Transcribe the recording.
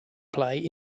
play